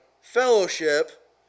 fellowship